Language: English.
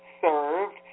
served